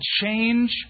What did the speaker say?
change